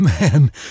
Man